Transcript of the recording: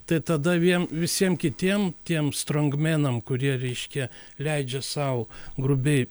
tai tada viem visiem kitiem tiem strongmėnam kurie reiškia leidžia sau grubiai